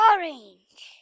Orange